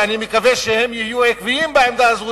ואני מקווה שהם יהיו עקביים בעמדה הזאת,